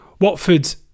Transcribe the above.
Watford